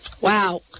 Wow